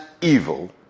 evil